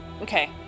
okay